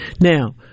Now